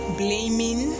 blaming